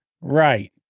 Right